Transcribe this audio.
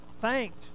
thanked